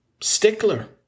Stickler